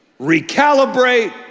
recalibrate